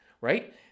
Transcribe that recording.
right